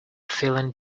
feeling